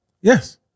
Yes